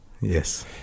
Yes